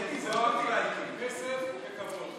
קטי, זה לא, כוח, כסף וכבוד.